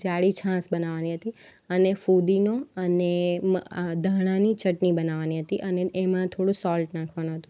જાડી છાશ બનાવાની હતી અને ફૂદીનો અને ધાણાની ચટની બનાવાની હતી અને એમાં થોડુંક સોલ્ટ નાખવાનું હતું